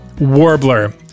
warbler